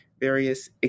various